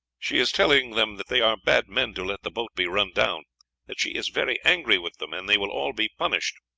she is telling them that they are bad men to let the boat be run down that she is very angry with them, and they will all be punished.